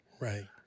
Right